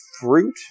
fruit